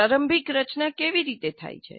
પ્રારંભિક રચના કેવી રીતે થાય છે